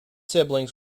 siblings